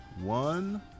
one